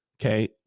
Okay